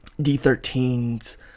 D13's